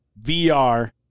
VR